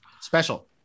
Special